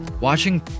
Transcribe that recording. Watching